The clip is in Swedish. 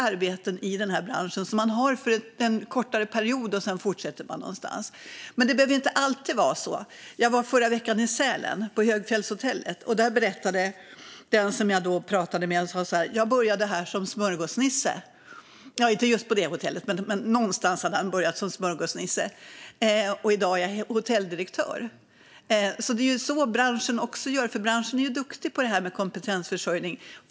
Arbeten i den här branschen har man kanske en kortare period, och sedan fortsätter man någon annanstans. Men det behöver inte alltid vara på det sättet. Förra veckan var jag på Högfjällshotellet i Sälen. Där berättade en person jag pratade med att han började som smörgåsnisse, och i dag var han hotelldirektör. Det är så branschen gör, för branschen är duktig på detta med kompetensförsörjning.